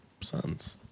sons